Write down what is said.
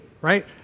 right